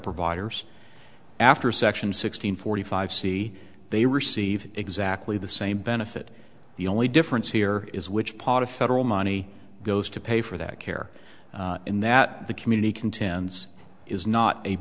providers after section six hundred forty five c they received exactly the same benefit the only difference here is which part of federal money goes to pay for that care in that the community contends is not a